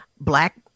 black